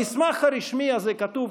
במסמך הרשמי הזה כתוב,